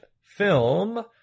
film